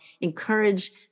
encourage